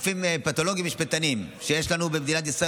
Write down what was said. רופאים פתולוגים משפטיים יש לנו במדינת ישראל